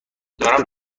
دارم